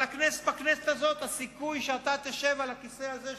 ובכנסת הזאת הסיכוי שאתה תשב על הכיסא הזה,